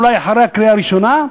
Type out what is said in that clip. אולי אחרי הקריאה הראשונה,